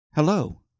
Hello